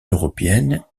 européenne